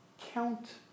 count